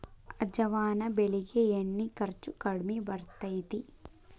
ಅಜವಾನ ಬೆಳಿಗೆ ಎಣ್ಣಿ ಖರ್ಚು ಕಡ್ಮಿ ಬರ್ತೈತಿ